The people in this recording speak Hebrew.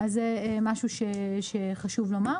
אז זה משהו שחשוב לומר.